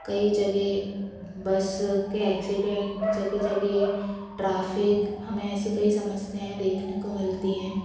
कई जगह बस के एक्सीडन्ट जगह जगह ट्राफीक हमें ऐसे समस्याएँ देखने को मिलती है